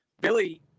Billy